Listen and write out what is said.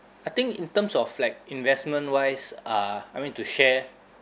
I think in terms of like investment wise uh I mean to share